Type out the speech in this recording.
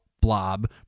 blob